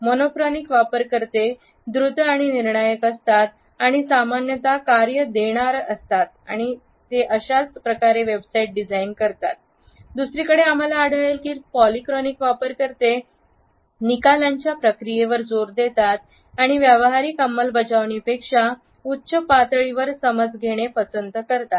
monochronic वापरकर्ते द्रुत आणि निर्णायक असतात आणि सामान्यत कार्य देणारं असतात आणि ते अशाच प्रकारे वेबसाईट डिझाइन करतात दुसरीकडे आम्हाला आढळले आहे की पॉलीक्रॉनिक वापरकर्ते निकालांच्या प्रक्रियेवर जोर देतात आणि व्यावहारिक अंमलबजावणीपेक्षा उच्च पातळीवर समज घेणे पसंत करतात